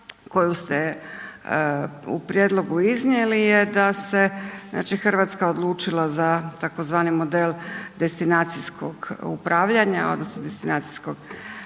koju ste u prijedlogu iznijeli da se, znači, RH odlučila za tzv. model destinacijskog upravljanja odnosno destinacijskog